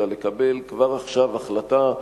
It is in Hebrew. אלא לקבל כבר עכשיו החלטה,